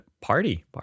Party